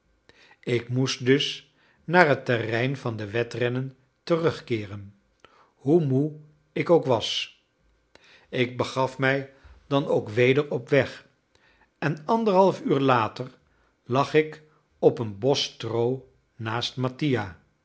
ik moest dus naar het terrein van de wedrennen terugkeeren hoe moe ik ook was ik begaf mij dan ook weder op weg en anderhalf uur later lag ik op een bos stroo naast mattia